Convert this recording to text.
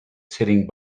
sitting